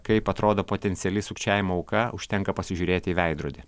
kaip atrodo potenciali sukčiavimo auka užtenka pasižiūrėti į veidrodį